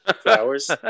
flowers